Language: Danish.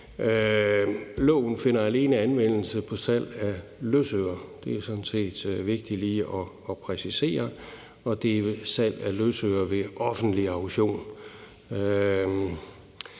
finder alene anvendelse på salg af løsøre – det er sådan set vigtigt lige at præcisere – og det er salg af løsøre ved offentlig auktion.